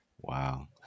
Wow